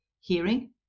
hearing